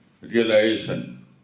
realization